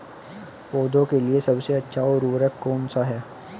पौधों के लिए सबसे अच्छा उर्वरक कौन सा है?